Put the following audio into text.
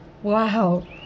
Wow